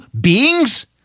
beings